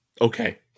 Okay